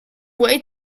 way